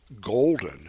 golden